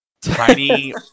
tiny